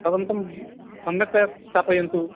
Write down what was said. भवन्तं सम्यक्तया स्थापयन्तु